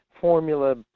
formula